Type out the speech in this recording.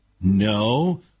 No